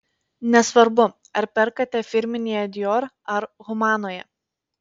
nesvarbu ar perkate firminėje dior ar humanoje